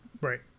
right